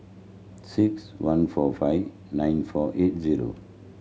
six one four five nine four eight zero